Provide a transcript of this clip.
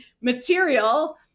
material